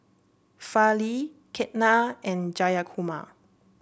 Fali Ketna and Jayakumar